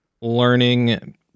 learning